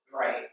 Right